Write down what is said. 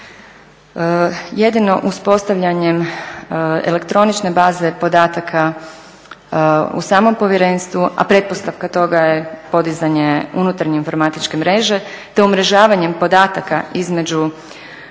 Jedino uspostavljanjem elektroničke baze podataka u samom povjerenstvu, a pretpostavka toga je podizanje unutarnje informatičke mreže te umrežavanjem podataka između